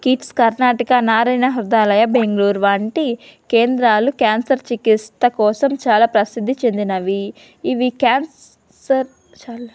kids Karnataka Narayana Hrudayalaya Bengaluru వంటి కేంద్రాలు cancer చికిత్స కోసం చాలా ప్రసిద్ధి చెందినవి ఇవి క్యాన్సర్ చాలా